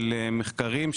של מחקרים,